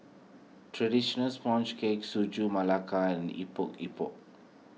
Traditional Sponge Cake Sagu Melaka and Epok Epok